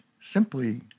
simply